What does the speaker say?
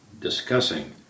discussing